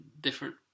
different